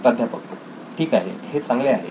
प्राध्यापक ठीक आहे हे चांगले आहे